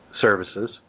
services